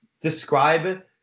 describe